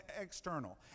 external